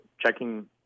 checking